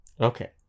Okay